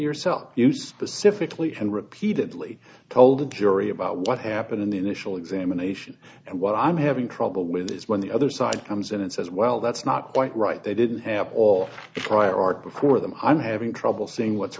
yourself you specifically and repeatedly told the jury about what happened in the initial examination and what i'm having trouble with is when the other side comes in and says well that's not quite right they didn't have all the prior art before them i'm having trouble saying what's